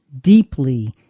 deeply